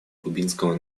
кубинского